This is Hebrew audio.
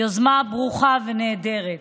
יוזמה ברוכה ונהדרת.